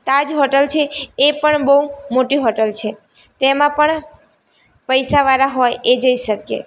તાજ hotel છે એ પણ બહુ મોટી હોટલ છે તેમાં પણ પૈસાવાળા હોય એ જઈ શકે